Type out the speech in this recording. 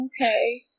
Okay